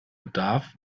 bedarf